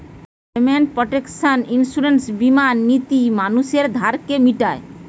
payment protection insurance বীমা নীতি মানুষের ধারকে মিটায়